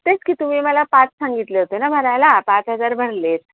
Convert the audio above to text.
तेच की तुम्ही मला पाच सांगितले होते ना भरायला पाच हजार भरले आहेत